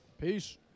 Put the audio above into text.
Peace